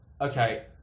okay